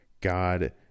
God